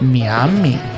Miami